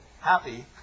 happy